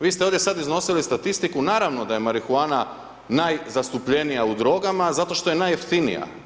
Vi ste ovdje sad iznosili statistiku, naravno da je marihuana najzastupljenija u drogama zato što je najjeftinija.